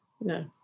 No